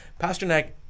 Pasternak